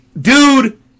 Dude